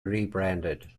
rebranded